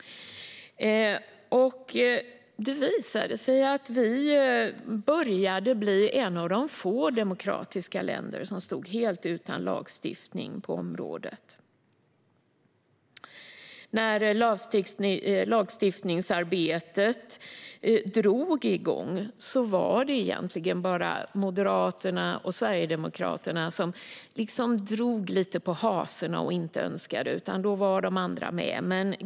Det visade sig att Sverige var ett av få demokratiska länder som stod helt utan lagstiftning på området. När lagstiftningsarbetet drog igång var det egentligen bara Moderaterna och Sverigedemokraterna som liksom satte sig lite grann på hasorna och inte önskade detta, medan de andra var med.